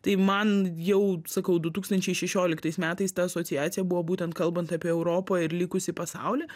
tai man jau sakau du tūkstančiai šešioliktais metais ta asociacija buvo būtent kalbant apie europą ir likusį pasaulį